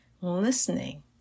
listening